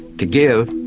to give,